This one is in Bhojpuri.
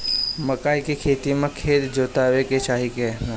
मकई के खेती मे खेत जोतावे के चाही किना?